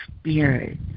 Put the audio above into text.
spirit